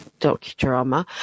docudrama